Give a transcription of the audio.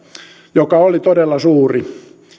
joka oli todella suuri